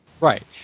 Right